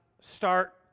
start